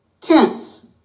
tents